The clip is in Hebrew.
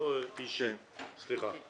סליחה, אוקיי.